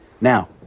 Now